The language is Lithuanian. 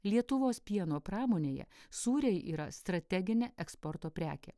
lietuvos pieno pramonėje sūriai yra strateginė eksporto prekė